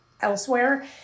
elsewhere